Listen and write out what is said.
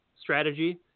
strategy